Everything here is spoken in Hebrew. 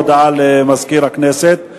הודעה לסגן מזכירת הכנסת.